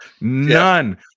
None